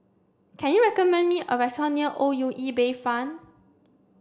can you recommend me a restaurant near O U E Bayfront